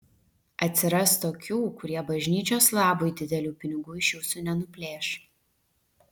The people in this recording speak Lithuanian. atsiras tokių kurie bažnyčios labui didelių pinigų iš jūsų nenuplėš